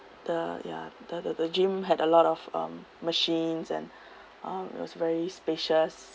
the ya the the the gym had a lot of um machines and uh it was very spacious